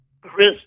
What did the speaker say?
Chris